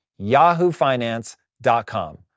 yahoofinance.com